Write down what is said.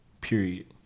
Period